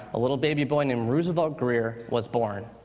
a little baby boy named roosevelt grier was born.